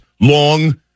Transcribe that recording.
long